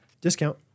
discount